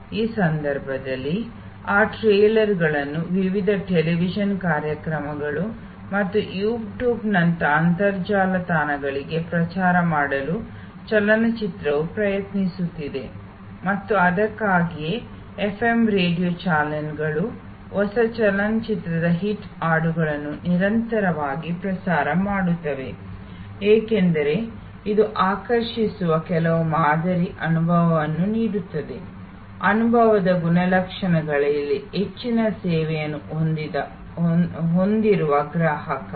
ಈ ಸಂದರ್ಭದಲ್ಲಿ ಆ ಟ್ರೇಲರ್ಗಳನ್ನು ವಿವಿಧ ಟೆಲಿವಿಷನ್ ಕಾರ್ಯಕ್ರಮಗಳು ಮತ್ತು ಯೂಟ್ಯೂಬ್ನಂತಹ ಅಂತರ್ಜಾಲ ತಾಣಗಳಿಗೆ ಪ್ರಚಾರ ಮಾಡಲು ಚಲನಚಿತ್ರವು ಪ್ರಯತ್ನಿಸುತ್ತಿದೆ ಮತ್ತು ಅದಕ್ಕಾಗಿಯೇ ಎಫ್ಎಂ ರೇಡಿಯೊ ಚಾನೆಲ್ಗಳು ಹೊಸ ಚಲನಚಿತ್ರದ ಹಿಟ್ ಹಾಡುಗಳನ್ನು ನಿರಂತರವಾಗಿ ಪ್ರಸಾರ ಮಾಡುತ್ತವೆ ಏಕೆಂದರೆ ಇದು ಆಕರ್ಷಿಸುವ ಕೆಲವು ಮಾದರಿ ಅನುಭವವನ್ನು ನೀಡುತ್ತದೆ ಅನುಭವದ ಗುಣಲಕ್ಷಣದಲ್ಲಿ ಹೆಚ್ಚಿನ ಸೇವೆಯನ್ನು ಹೊಂದಿರುವ ಗ್ರಾಹಕ